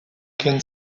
can